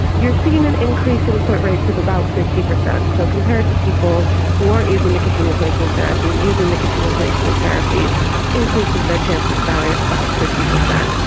you're seeing an increase in acquittal rates of about fifty percent. so compared to people who aren't using nicotine replacement therapy, using nicotine replacement therapy increases their chances by about fifty percent.